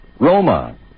Roma